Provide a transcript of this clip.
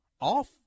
off